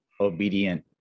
obedient